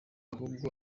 ahubwo